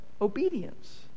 obedience